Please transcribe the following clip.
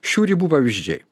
šių ribų pavyzdžiai